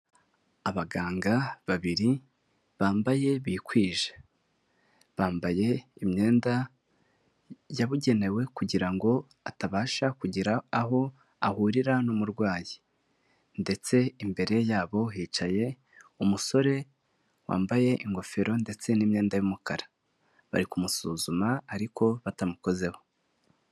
Abaganga babiri bambaye bikwije, bambaye imyenda yabugenewe kugira ngo atabasha kugira aho ahurira n'umurwayi ndetse imbere yabo hicaye umusore wambaye ingofero ndetse n'imyenda y'umukara, bari kumusuzuma ariko batamukozeho.